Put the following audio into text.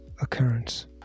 occurrence